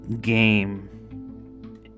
game